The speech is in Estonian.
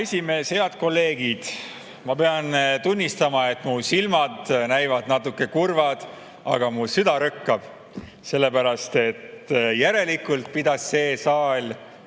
esimees! Head kolleegid! Ma pean tunnistama, et mu silmad näivad natuke kurvad, aga mu süda rõkkab, sellepärast et järelikult pidas see saal